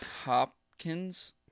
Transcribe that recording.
hopkins